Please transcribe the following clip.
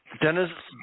Dennis